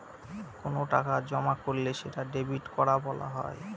কোনো টাকা জমা করলে সেটা ডেবিট করা বলা হয়